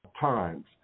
times